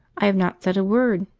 i have not said a word,